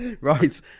Right